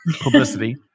publicity